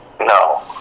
no